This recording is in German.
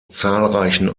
zahlreichen